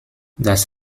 das